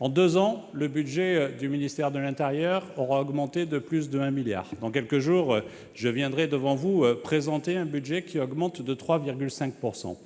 En deux ans, le budget du ministère de l'intérieur aura augmenté de plus d'un milliard d'euros. Dans quelques jours, je viendrai vous présenter un budget en augmentation de 3,5 %.